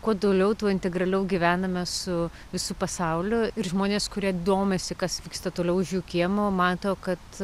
kuo toliau tuo integraliau gyvename su visu pasauliu ir žmonės kurie domisi kas vyksta toliau už kiemo mato kad